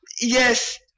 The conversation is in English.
Yes